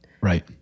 Right